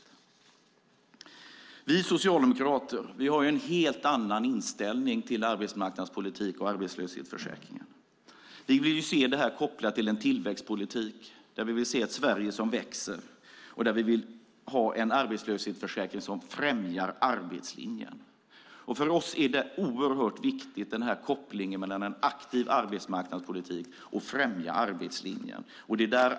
Vi socialdemokrater har en helt annan inställning till arbetsmarknadspolitik och arbetslöshetsförsäkring. Vi vill koppla det till en tillväxtpolitik där vi ser ett Sverige som växer. Vi vill ha en arbetslöshetsförsäkring som främjar arbetslinjen. För oss är kopplingen mellan en aktiv arbetsmarknadspolitik och att främja arbetslinjen oerhört viktig.